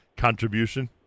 contribution